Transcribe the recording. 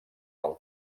del